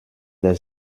der